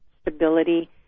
stability